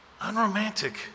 unromantic